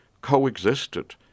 coexisted